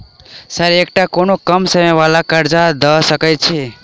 Sir एकटा कोनो कम समय वला कर्जा दऽ सकै छी?